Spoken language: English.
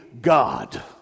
God